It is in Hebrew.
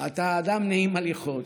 אתה אדם נעים הליכות,